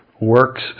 works